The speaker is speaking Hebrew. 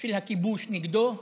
של הכיבוש נגדו.